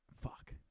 Fuck